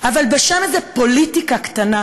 אבל בשם איזו פוליטיקה קטנה,